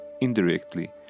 indirectly